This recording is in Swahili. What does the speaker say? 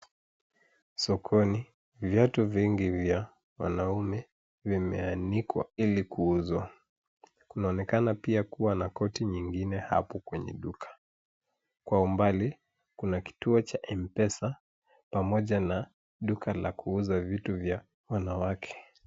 Sokoni, viatu vingi vya wanaume zimeanikwa ili kuuzwa. Kunaonekana pia kuwa na koti nyingine hapo kwenye duka. Kwa umbali, kuna kituo cha Mpesa pamoja na duka la kuuza vitu vya wanawake.